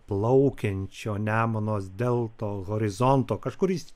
plaukiančio nemuno deltos horizonto kažkur jis